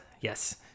yes